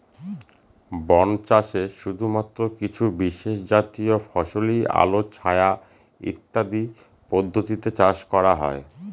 বন চাষে শুধুমাত্র কিছু বিশেষজাতীয় ফসলই আলো ছায়া ইত্যাদি পদ্ধতিতে চাষ করা হয়